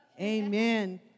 Amen